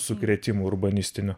sukrėtimų urbanistinių